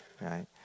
right